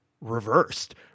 reversed